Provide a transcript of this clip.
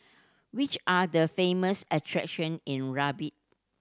which are the famous attraction in Rabat